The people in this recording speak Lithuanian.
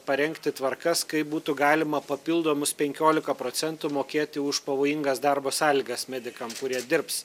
parengti tvarkas kaip būtų galima papildomus penkiolika procentų mokėti už pavojingas darbo sąlygas medikam kurie dirbs